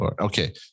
okay